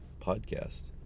podcast